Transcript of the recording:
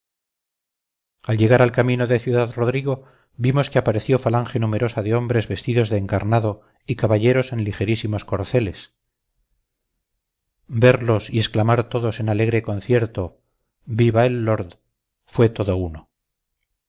al llegar al camino de ciudad-rodrigo vimos que apareció falange numerosa de hombres vestidos de encarnado y caballeros en ligerísimos corceles verlos y exclamar todos en alegre concierto viva el lord fue todo uno